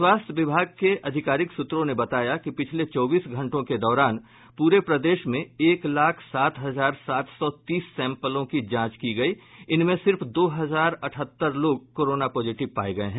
स्वास्थ्य विभाग के आधिकारिक सूत्रों ने बताया कि पिछले चौबीस घंटों के दौरान पूरे प्रदेश में एक लाख सात हजार सात सौ तीस सैम्पलों की जांच की गयी इनमें सिर्फ दो हजार अठहत्तर लोग कोरोना पॉजिटिव पाये गये हैं